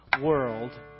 world